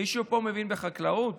מישהו פה מבין בחקלאות?